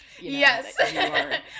yes